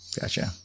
gotcha